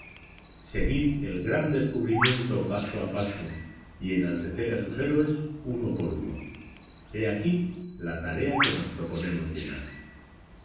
seguir el gran descubrimiento paso a paso y enaltecer a sus héroes uno por uno he aquí la tarea que nos proponemos llenar